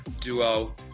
duo